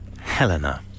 Helena